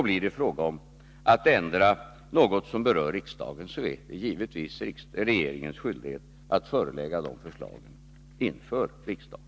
Blir det fråga om att ändra något som berör riksdagen, är det givetvis regeringens skyldighet att förelägga riksdagen förslagen.